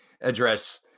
address